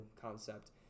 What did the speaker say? concept